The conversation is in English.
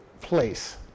place